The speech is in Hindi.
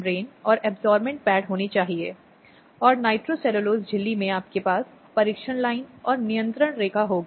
पूरे मामले में मजिस्ट्रेट को परामर्शदाताओं और परिवार कल्याण विशेषज्ञों की सहायता लेनी होगी